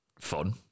fun